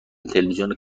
تلویزیون